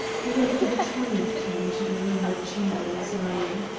he went for the twentieth time into the room where the chamberlain was lying.